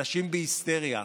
אנשים בהיסטריה,